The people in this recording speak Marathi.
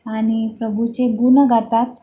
आणि प्रभूचे गुण गातात